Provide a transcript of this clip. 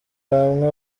hamwe